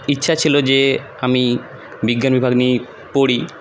ইচ্ছা ছিলো যে আমি বিজ্ঞানবিভাগ নিয়ে পড়ি